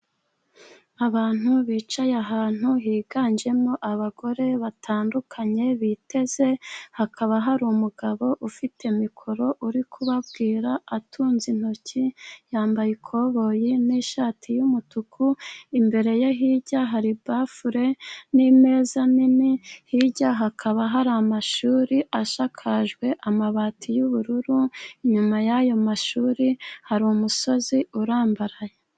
Abantu bicaye ahantu higanjemo abagore batandukanye biteze, hakaba hari umugabo ufite mikoro uri kubabwira atunze intoki yambaye ikoboyi n'ishati y'umutuku. Imbere ye hirya hari bafule n'imeza nini, hirya hakaba hari amashuri ashakakajwe amabati y'ubururu, inyuma y'ayo mashuri hari umusozi urambaraye.